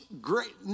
great